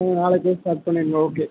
ம் நாளைக்கே ஸ்டார்ட் பண்ணிவிடுங்க ஓகே